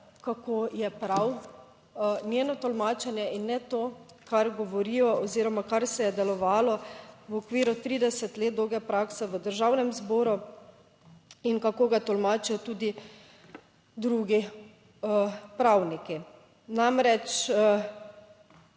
kako je prav njeno tolmačenje in ne to, kar govorijo oziroma kar se je delovalo v okviru 30 let dolge prakse v Državnem zboru, in kako ga tolmačijo tudi drugi pravniki. Namreč